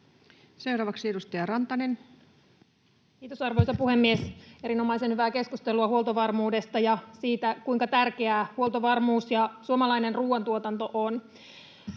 Seuraavaksi edustaja Rantanen. Kiitos, arvoisa puhemies! Erinomaisen hyvää keskustelua huoltovarmuudesta ja siitä, kuinka tärkeää huoltovarmuus ja suomalainen ruuantuotanto on.